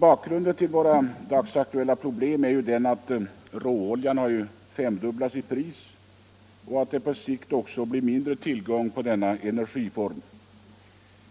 Bakgrunden till våra dagsaktuella problem är att priset på råoljan har femdubblats och att det på sikt också blir mindre tillgång på denna energiform.